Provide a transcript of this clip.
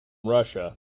russia